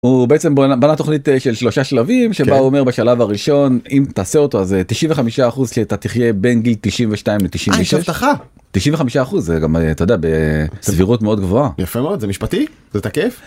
הוא בעצם בנה תוכנית של שלושה שלבים שבה הוא אומר בשלב הראשון אם תעשה אותו זה 95% שאתה תחיה בין גיל 92-96. אה יש הבטחה? 95% זה גם אתה יודע בסבירות מאוד גבוהה. יפה מאוד, זה משפטי? זה תקף?